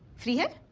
free. what?